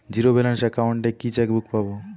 Zero balance account এ কি chequebook পাব?